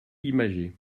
imagée